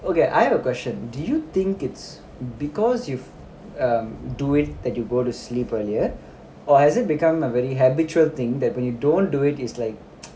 okay I have a question do you think it's because you um do it that you go to sleep earlier or has it become a very habitual thing that when you don't do it is like